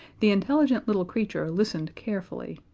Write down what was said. the intelligent little creature listened carefully,